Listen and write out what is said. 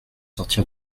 sortir